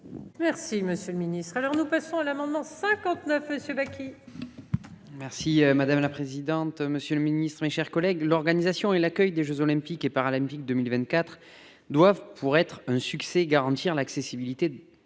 Merci monsieur le ministre. Alors, nous passons à l'amendement 59 et Slovaquie. Merci madame la présidente. Monsieur le Ministre, mes chers collègues, l'organisation et l'accueil des Jeux olympiques et paralympiques 2024 doivent pour être un succès, garantir l'accessibilité.